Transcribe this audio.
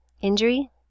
injury